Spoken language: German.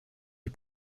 die